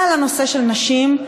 בנושא של נשים,